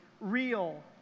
real